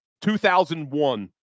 2001